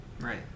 right